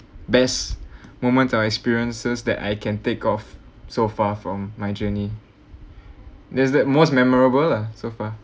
best moments or experiences that I can take off so far from my journey there's is that most memorable lah so far